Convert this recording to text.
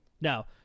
Now